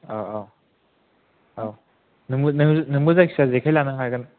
औ औ औ नोबो नोंबो जायखिया जेखाइ लानो हागोन